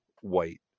white